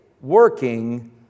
working